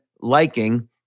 liking